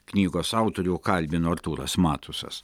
knygos autorių kalbino artūras matusas